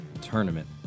tournament